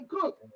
Cook